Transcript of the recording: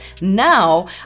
Now